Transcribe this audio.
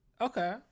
Okay